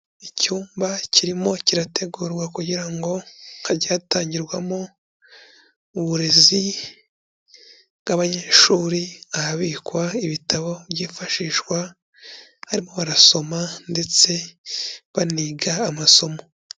Icyumba kirimo kirategurwa kugira ngo hajye hatangirwamo uburezi bw'abanyeshuri, ahabikwa ibitabo byifashishwa barimo barasoma ndetse baniga amasomo.